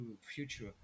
future